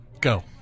Go